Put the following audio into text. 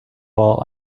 all